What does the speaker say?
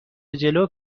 جلو